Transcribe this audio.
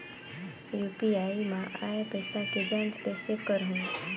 UPI मा आय पइसा के जांच कइसे करहूं?